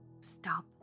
Stop